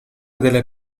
delle